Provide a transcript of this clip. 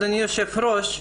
אדוני היושב-ראש,